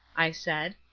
i said,